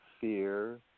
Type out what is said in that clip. fear